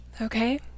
Okay